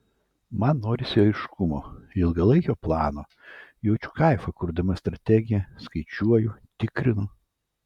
man norisi aiškumo ilgalaikio plano jaučiu kaifą kurdama strategiją skaičiuoju tikrinu